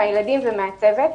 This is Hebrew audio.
הילדים והצוות.